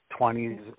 20s